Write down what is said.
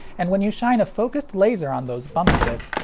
and when you shine a focused laser on those bumpy bits,